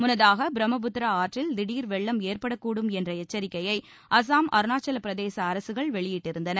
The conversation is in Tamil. முன்னதாக பிரம்மபுத்திரா ஆற்றில் திடீர் வெள்ளம் ஏற்படக்கூடும் என்ற எச்சரிக்கையை அசாம் அருணாச்சலப்பிரதேச அரசுகள் வெளியிட்டிருந்தன